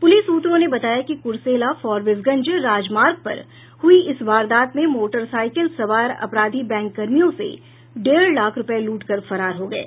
प्रलिस सूत्रों ने बताया कि कुर्सेला फारबिसगंज राजमार्ग पर हुई इस वारदात में मोटरसाइकिल सवार अपराधी बैंककर्मियों से डेढ़ लाख रूपये लूट कर फरार हो गये